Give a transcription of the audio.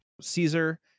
Caesar